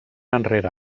enrere